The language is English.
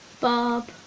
Bob